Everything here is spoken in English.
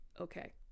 okay